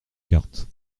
cartes